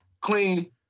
clean